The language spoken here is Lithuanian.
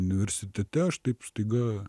universitete aš taip staiga